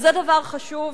וזה דבר חשוב,